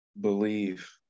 believe